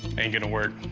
ain't going to work.